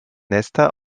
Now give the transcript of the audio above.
nester